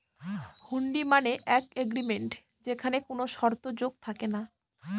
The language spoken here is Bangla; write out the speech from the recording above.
হুন্ডি মানে এক এগ্রিমেন্ট যেখানে কোনো শর্ত যোগ থাকে না